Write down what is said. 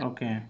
Okay